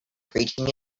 preaching